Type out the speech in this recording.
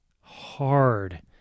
hard